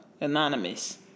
anonymous